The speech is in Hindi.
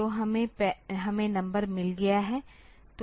तो हमें नंबर मिल गया है